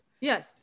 Yes